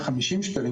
50 שקלים,